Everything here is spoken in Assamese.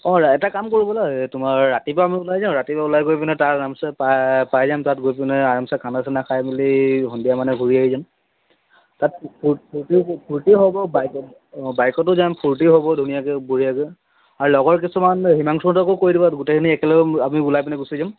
অঁ এটা কাম কৰো ব'লা তোমাৰ ৰাতিপুৱা আমি ওলাই যাওঁ ৰাতিপুৱা ওলাই গৈ পিনে তাত আৰামচে পাই পাই যাম তাত গৈ পিনে আৰামচে খানা চানা খাই মেলি সন্ধিয়া মানে ঘূৰি আহি যাম তাত ফূ ফূৰ্তি হ'ব বাইকত অঁ বাইকতো যাম ফূৰ্তি হ'ব ধুনীয়াকে বঢ়িয়াকৈ আৰু লগৰ কিছুমান হিমাংশুহঁতকো কৈ দিবা গোটেইখিনি একেলগে আমি ওলাই পিনে গুচি যাম